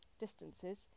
distances